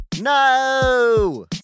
No